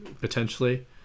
potentially